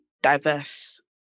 diverse